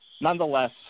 nonetheless